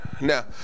Now